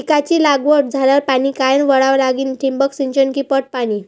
पिकाची लागवड झाल्यावर पाणी कायनं वळवा लागीन? ठिबक सिंचन की पट पाणी?